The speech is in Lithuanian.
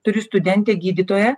turiu studentę gydytoją